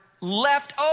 left